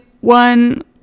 one